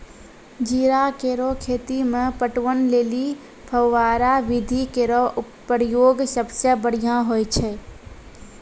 जीरा केरो खेती म पटवन लेलि फव्वारा विधि केरो प्रयोग सबसें बढ़ियां होय छै